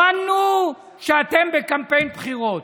הבנו שאתם בקמפיין בחירות.